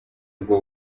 ubwo